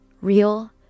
real